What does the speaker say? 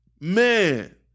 man